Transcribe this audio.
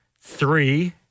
Three